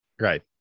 Right